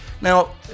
Now